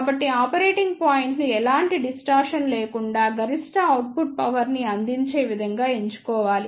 కాబట్టి ఆపరేటింగ్ పాయింట్ను ఎలాంటి డిస్టార్షన్ లేకుండా గరిష్ట అవుట్పుట్ పవర్ ని అందించే విధంగా ఎంచుకోవాలి